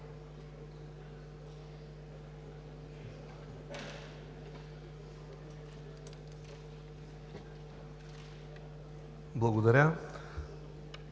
Благодаря.